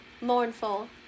mournful